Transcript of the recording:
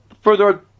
further